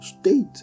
state